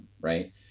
right